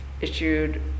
issued